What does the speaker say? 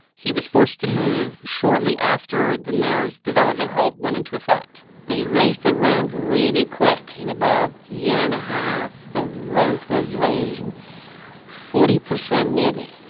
he was forced to move shortly after the mayor's development halt went into effect they raised the rent really quick. in about a year and a half, the rent was raised forty percent nearly.